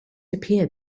appeared